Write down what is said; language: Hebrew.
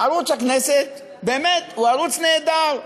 ערוץ הכנסת באמת הוא ערוץ נהדר.